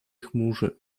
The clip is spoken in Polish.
chmurze